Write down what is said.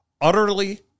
Utterly